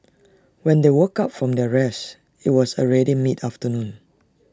when they woke up from their rest IT was already mid afternoon